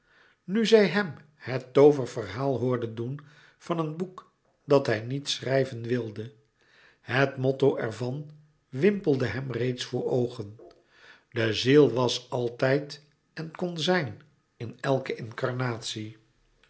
nu zij hem het tooververhaal hoorde doen van een boek dat hij niet schrijven wilde het motto ervan wimpelde hem reeds voor oogen de ziel was altijd en kon zijn in elke incarnatie